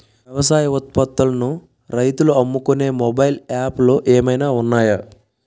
వ్యవసాయ ఉత్పత్తులను రైతులు అమ్ముకునే మొబైల్ యాప్ లు ఏమైనా ఉన్నాయా?